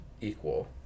equal